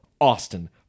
austin